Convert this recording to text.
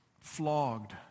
flogged